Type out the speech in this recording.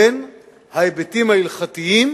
בין ההיבטים ההלכתיים